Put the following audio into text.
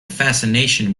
fascination